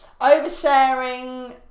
oversharing